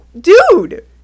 dude